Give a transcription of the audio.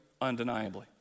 Undeniably